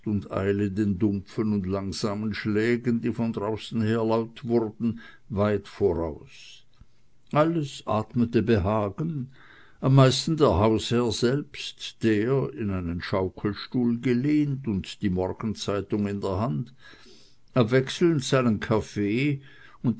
den dumpfen und langsamen schlägen die von draußen her laut wurden weit voraus alles atmete behagen am meisten der hausherr selbst der in einen schaukelstuhl gelehnt und die morgenzeitung in der hand abwechselnd seinen kaffee